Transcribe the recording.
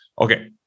okay